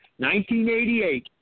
1988